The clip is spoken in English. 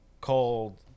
called